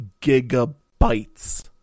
Gigabytes